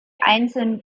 einzelnen